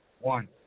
One